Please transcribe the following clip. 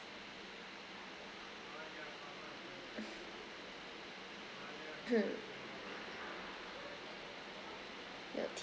hmm milk tea